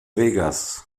vegas